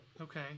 Okay